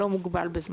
לא מוגבל בזמן.